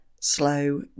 slow